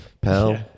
Pal